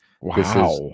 Wow